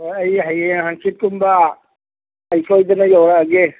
ꯑꯣ ꯑꯩ ꯍꯌꯦꯡ ꯍꯪꯆꯤꯠ ꯀꯨꯝꯕ ꯑꯩ ꯁꯣꯏꯗꯅ ꯌꯧꯔꯛꯑꯒꯦ